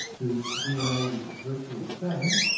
whose dna is virtually the same,